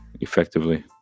effectively